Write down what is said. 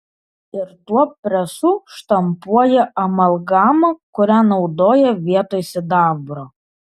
ir tuo presu štampuoja amalgamą kurią naudoja vietoj sidabro